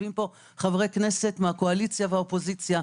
יושבים פה חברי כנסת מהקואליציה ומהאופוזיציה,